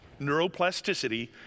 neuroplasticity